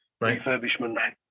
refurbishment